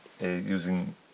using